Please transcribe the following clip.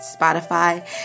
Spotify